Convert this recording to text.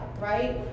right